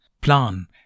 Plan